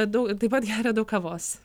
daug taip pat geria daug kavos